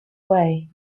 way